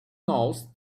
knows